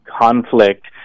conflict